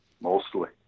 mostly